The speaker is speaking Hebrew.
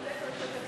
ואת זה צריך לתקן.